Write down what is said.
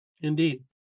Indeed